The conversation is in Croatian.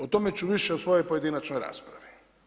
O tome ću više u svojoj pojedinačnoj raspravi.